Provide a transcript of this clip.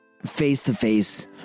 face-to-face